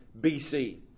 BC